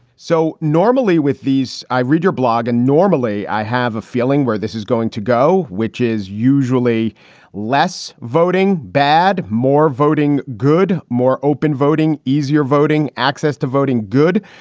so normally with these i read your blog and normally i have a feeling where this is going to go, which is usually less voting bad, more voting good, more open voting, easier voting access to voting good.